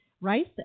rice